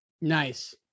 Nice